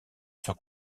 sur